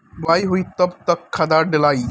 बोआई होई तब कब खादार डालाई?